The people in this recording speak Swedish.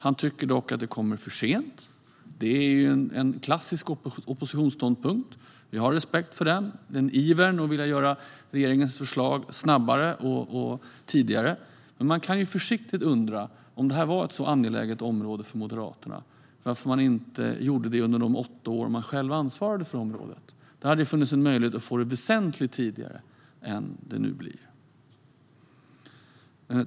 Han tycker dock att det kommer för sent. Det är en klassisk oppositionsståndpunkt. Jag har respekt för den ivern, för att man vill att regeringens förslag ska genomföras snabbare och tidigare. Men jag kan försiktigt undra: Om det är ett så angeläget område för Moderaterna, varför föreslog man då inte det under de åtta år som man själv ansvarade för området? Då hade det funnits möjlighet att göra det väsentligt tidigare än det nu blir.